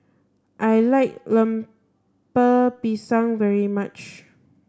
I like Lemper Pisang very much